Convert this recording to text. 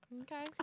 Okay